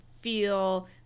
feel